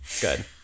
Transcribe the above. Good